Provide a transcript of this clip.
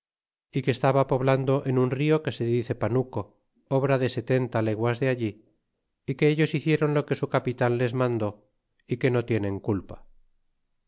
y que estaba poblando en un rio que se dice panuco obra de setenta leguas de allí y que ellos hicieron lo que su capitan les mandó y que no tienen culpa